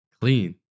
clean